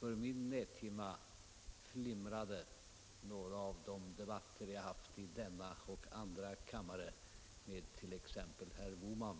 För min näthinna flimrade några av de debatter jag har haft i denna kammare och i andra sammanhang med t.ex. herr Bohman